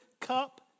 cup